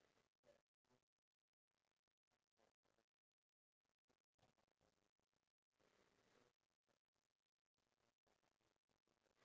they are the I feel like they are one of the easiest uh pets to take care of because all they do is sleep